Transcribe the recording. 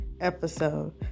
episode